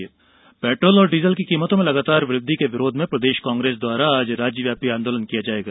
कांग्रेस प्रदर्शन पेट्रोल और डीजल की कीमतों में लगातार वृद्वि के विरोध में प्रदेश कांग्रेस द्वारा आज राज्यव्यापी आंदोलन किया जाएगा